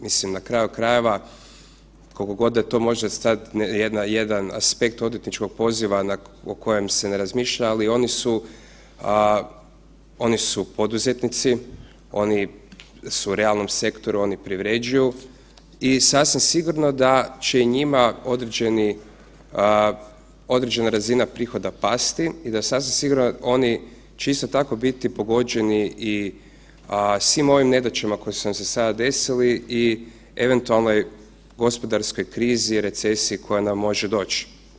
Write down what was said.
Mislim na kraju krajeva koliko god da to može stajat jedan aspekt odvjetničkog poziva o kojem se ne razmišlja, ali oni su poduzetnici, oni su u realnom sektoru, oni privređuju i sasvim sigurno da će njima određena razina prihoda pasti i da sasvim sigurno će oni isto tako biti pogođeni svim ovim nedaćama koje su nam se sada desile i eventualnoj gospodarskoj krizi, recesiji koja nam može doć.